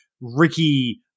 Ricky